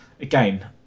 again